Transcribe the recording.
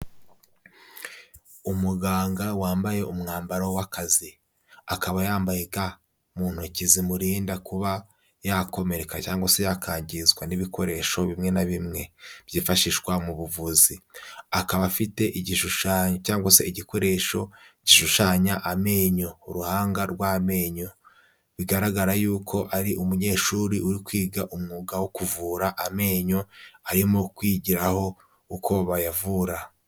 Umuganga wambaye umwambaro w'akazi. Akaba yambayeka ga mu ntoki zimurinda kuba yakomereka cyangwa se akangizwa n'ibikoresho bimwe na bimwe byifashishwa mu buvuzi. Akaba afite igishushanyo cyangwa se igikoresho gishushanya amenyo, uruhanga rw'amenyo, bigaragara yuko ari umunyeshuri, uri kwiga umwuga wo kuvura amenyo, arimo kwigiraho uko bayavura.